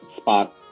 spot